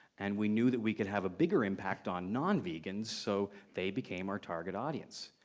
and we knew that we could have a bigger impact on non-vegans, so they became our target audience.